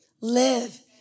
Live